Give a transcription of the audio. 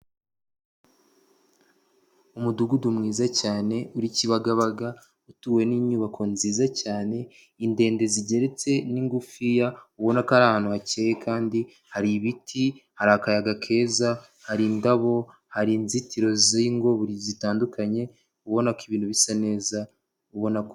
Umudugudu mwiza cyane uri Kibagabaga, utuwe n'inyubako nziza cyane, indende zigeretse n'ingufiya, ubona ko ari ahantu hakeye kandi hari ibiti, hari akayaga keza, hari indabo, hari inzitiro z'ingo zitandukanye, ubona ko ibintu bisa neza, ubona ko.